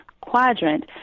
quadrant